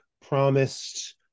promised